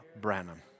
Branham